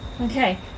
Okay